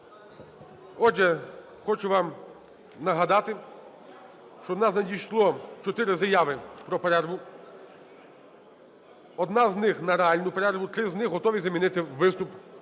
Отже, хочу вам нагадати, що у нас надійшло 4 заяви на перерву: одна з них на реальну перерву, три з них готові замінити на виступ.